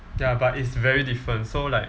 ya but it's very different so like